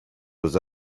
was